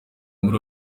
muri